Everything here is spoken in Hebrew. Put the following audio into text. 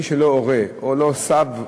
מי שאינו הורה או סב,